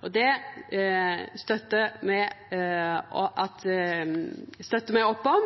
Det støttar me opp om.